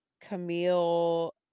Camille